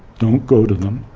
don't go to them.